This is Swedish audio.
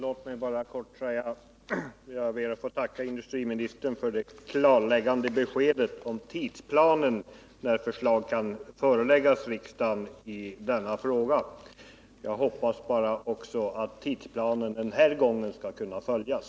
Herr talman! Jag ber att få tacka industriministern för det klarläggande beskedet om tidsplanen för när förslag i denna fråga kan föreläggas riksdagen. Jag hoppas bara att tidsplanen den här gången skall kunna följas.